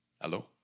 Hello